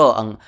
ang